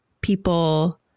people